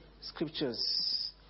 scriptures